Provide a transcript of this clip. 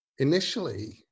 Initially